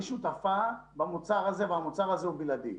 היא שותפה במוצר הזה והמוצר הה הוא בלעדי.